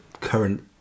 current